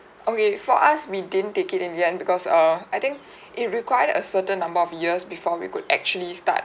okay for us we didn't take it in the end because err I think it required a certain number of years before we could actually start